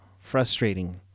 frustrating